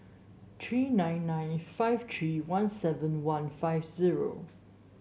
three nine nine five three one seven one five zero